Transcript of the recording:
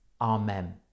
Amen